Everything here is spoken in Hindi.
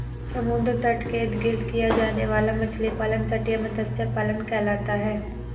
समुद्र तट के इर्द गिर्द किया जाने वाला मछली पालन तटीय मत्स्य पालन कहलाता है